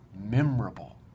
memorable